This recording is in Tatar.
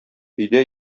өйдә